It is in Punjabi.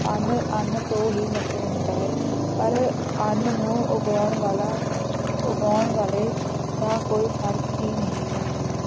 ਅੰਨ ਅੰਨ ਤੋਂ ਹੀ ਮਤਲਬ ਹੁੰਦਾ ਹੈ ਪਰ ਅੰਨ ਨੂੰ ਉਗਾਉਣ ਵਾਲਾ ਉਗਾਉਣ ਵਾਲੇ ਦਾ ਕੋਈ ਫਰਕ ਹੀ ਨਹੀਂ ਪੈਂਦਾ